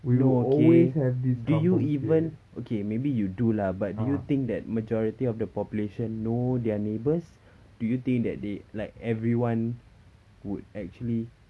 no okay do you even okay maybe you do lah but do you think that majority of the population know their neighbours do you think that they like everyone would actually